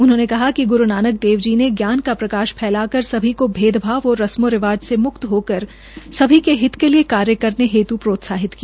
उन्होंने कहा कि ग्रू नानक देव जी ने ज्ञान का प्रकाश फैलाकर सभी को भैदभाव और रस्मों रिवाज़ से मुक्त होकर सभी के हित के लिए कार्य करने हेतु प्रोत्साहित किया